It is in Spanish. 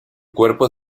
cuerpo